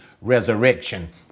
Resurrection